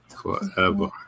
forever